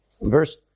Verse